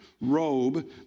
robe